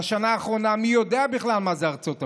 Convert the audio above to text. בשנה האחרונה, מי יודע בכלל מה זה ארצות הברית?